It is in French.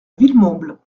villemomble